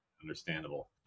understandable